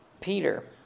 Peter